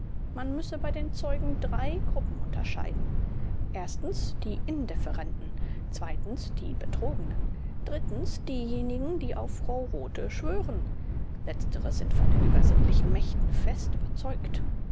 man müsse bei den zeugen drei gruppen unterscheiden die indifferenten die betrogenen diejenigen die auf frau rothe schwören letztere sind von den übersinnlichen mächten fest überzeugt